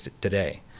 today